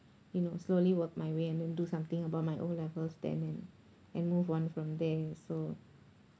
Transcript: you know slowly work my way and then do something about my O levels then and and move on from there so